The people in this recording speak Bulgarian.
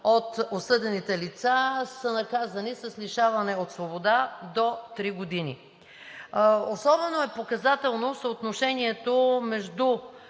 от осъдените лица са наказани с лишаване от свобода до три години. Особено е показателно съотношението между